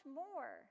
more